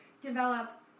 develop